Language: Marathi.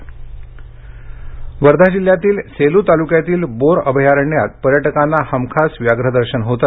बोर अभयारण्य वर्धा जिल्ह्यातील सेलू तालुक्यातील बोर अभयारण्यात पर्यटकांना हमखास व्याघ्र दर्शन होते